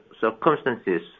circumstances